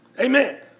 Amen